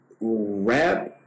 rap